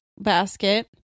basket